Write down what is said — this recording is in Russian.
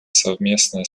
совместное